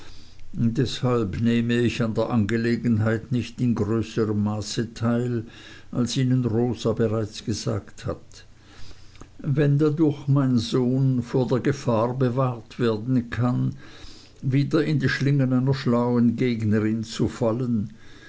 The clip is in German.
deshalb nehme ich an der angelegenheit nicht im größeren maße teil als ihnen rosa bereits gesagt hat wenn dadurch mein sohn vor der gefahr bewahrt werden kann wieder in die schlingen einer schlauen gegnerin zu fallen